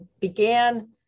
began